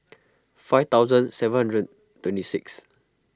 five thousand seven hundred twenty six